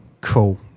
Cool